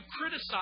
criticize